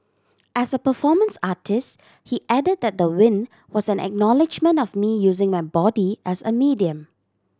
as a performance artist he add that the win was an acknowledgement of me using my body as a medium